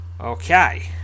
Okay